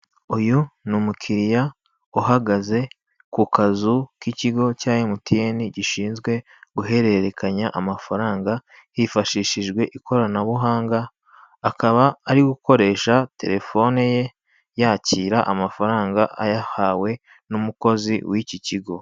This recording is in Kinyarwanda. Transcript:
Uyu ni umukiriya uhagaze ku kazu k'icyigo cya MTN, gishinzwe guhererekanya amafaranga hifashishijwe ikoranabuhanga; akaba ari gukoresha telefoni ye yakira amafaranga ayahawe n'umukozi w'iki kigo.